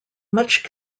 much